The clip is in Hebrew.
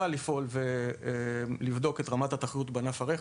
לפעול ולבדוק את רמת התחרות בענף הרכב,